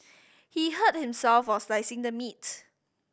he hurt himself while slicing the meat